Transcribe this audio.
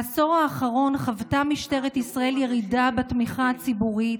בעשור האחרון חוותה משטרת ישראל ירידה בתמיכה הציבורית,